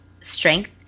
strength